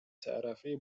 تعرفه